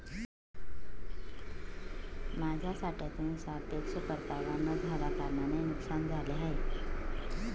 माझ्या साठ्यातून सापेक्ष परतावा न झाल्याकारणाने नुकसान झाले आहे